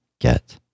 get